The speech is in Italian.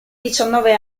diciannove